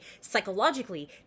psychologically